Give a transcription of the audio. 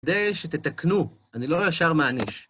כדי שתתקנו, אני לא ישר מעניש.